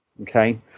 Okay